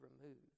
removed